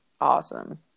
awesome